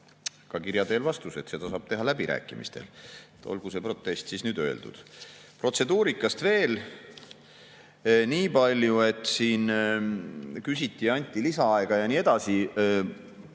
ka kirja teel vastuse, et seda saab teha läbirääkimistel. Olgu see protest siis nüüd öeldud. Protseduurikast veel niipalju, et siin küsiti ja anti lisaaega ja nii edasi.